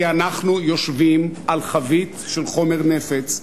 כי אנחנו יושבים על חבית של חומר נפץ,